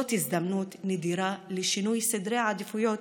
זאת הזדמנות נדירה לשינוי סדרי עדיפויות